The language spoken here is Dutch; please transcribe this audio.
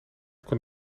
kon